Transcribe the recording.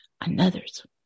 another's